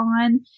on